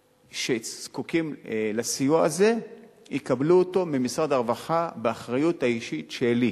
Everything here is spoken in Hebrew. שזקוקים לסיוע הזה יקבלו אותו ממשרד הרווחה באחריות האישית שלי.